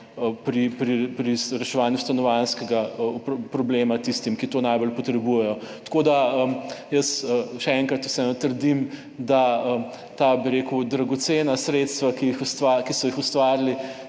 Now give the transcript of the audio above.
pri reševanju stanovanjskega problema tistim, ki to najbolj potrebujejo. Jaz še enkrat vseeno trdim, da ta dragocena sredstva, ki jih ustvarili